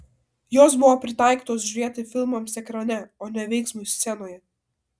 jos buvo pritaikytos žiūrėti filmams ekrane o ne veiksmui scenoje